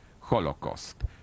Holocaust